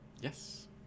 Yes